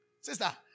sister